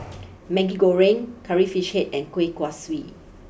Maggi Goreng Curry Fish Head and Kuih Kaswi